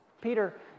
Peter